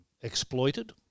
exploited